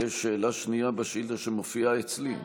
יש שאלה שנייה בשאילתה שמופיעה אצלי.